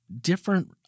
different